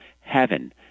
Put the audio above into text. heaven